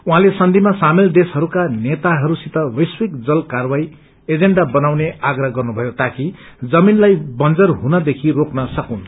उहाँले सन्ध्या सामेल देशहरूमा नेताहरूसित वैश्विक जल कार्वाही एजेण्डा बनाउने आप्रह गर्नुभयो ताकि जमीनलाई बंजर हुनदेखि रोक्न सक्तून्